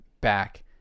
back